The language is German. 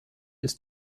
ist